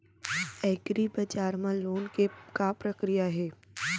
एग्रीबजार मा लोन के का प्रक्रिया हे?